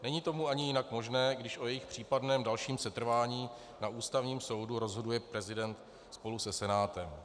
Není to ani jinak možné, když o jejich případném dalším setrvání na Ústavním soudu rozhoduje prezident spolu se Senátem.